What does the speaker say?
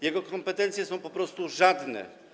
Jego kompetencje są po prostu żadne.